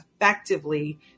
effectively